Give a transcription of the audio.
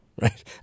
Right